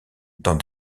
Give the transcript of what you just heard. dans